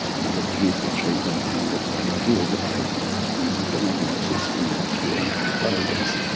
and look here's the treatment and look i've cured the baby. and the diagnosis and the cure are bogus.